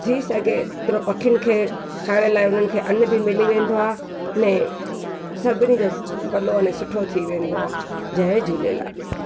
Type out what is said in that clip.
थी सघे एतिरो पखियुनि खे खाइण लाइ उन्हनि खे अन्न बि मिली वेंदो आहे ने सभिनी जो भलो अने सुठो थी वेंदो आहे जय झूलेलाल